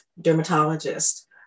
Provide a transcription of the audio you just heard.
dermatologist